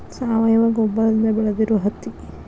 ಸಾವಯುವ ಗೊಬ್ಬರದಿಂದ ಬೆಳದಿರು ಹತ್ತಿ